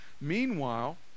meanwhile